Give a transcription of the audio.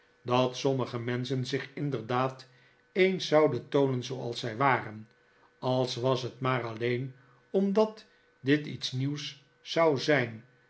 dat sommige menschen zich inderdaad eens zouden toonen zooals zij waren al was het maar alleen omdat dit iets nieuws zou zijn